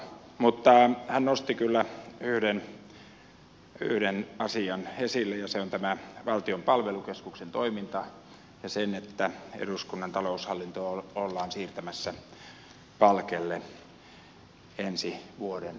mutta hän nosti kyllä yhden asian esille ja se on tämä valtion palvelukeskuksen toiminta ja se että eduskunnan taloushallintoa ollaan siirtämässä palkeille ensi vuoden aikana